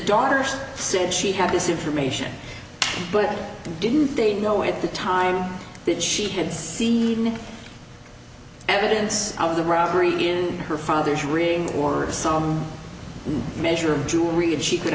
daughter since she had this information but didn't they know at the time that she had seen evidence of the robbery in her father's ring or some measure of jewelry and she c